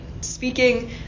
speaking